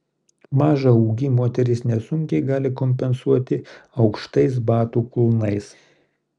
mažą ūgį moterys nesunkiai gali kompensuoti aukštais batų kulnais